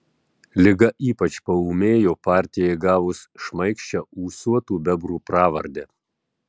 liga ypač paūmėjo partijai gavus šmaikščią ūsuotų bebrų pravardę